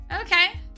okay